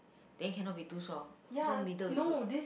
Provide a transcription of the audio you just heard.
then cannot be too soft so middle is good